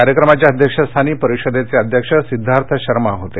कार्यक्रमाच्या अध्यक्षस्थानी परिषदेचे अध्यक्ष सिध्दार्थ शर्मा होते